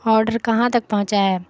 order کہاں تک پہنچا ہے